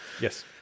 Yes